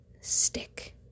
stick